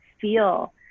feel